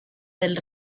del